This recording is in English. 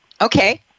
Okay